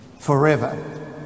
Forever